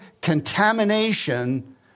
contamination